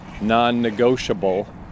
non-negotiable